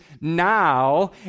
now